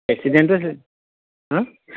প্ৰেচিডেন্টো আছে